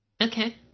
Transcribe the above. Okay